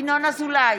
ינון אזולאי,